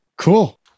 Cool